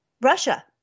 Russia